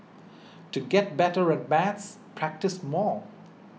to get better at maths practise more